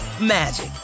magic